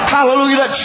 Hallelujah